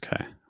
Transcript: Okay